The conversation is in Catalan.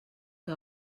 que